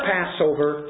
Passover